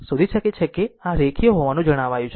શોધી શકે છે કે આ રેખીય હોવાનું જણાવ્યું છે